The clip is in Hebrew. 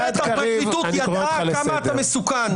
צמרת הפרקליטות ידעה כמה אתה מסוכן.